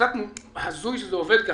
קצת הזוי שזה עובד ככה,